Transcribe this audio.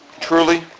truly